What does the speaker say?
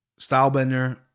Stylebender